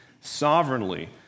sovereignly